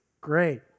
great